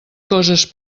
coses